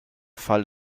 fall